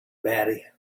batty